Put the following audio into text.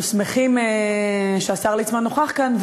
אנחנו שמחים שהשר ליצמן נוכח כאן,